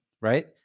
right